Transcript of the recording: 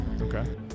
Okay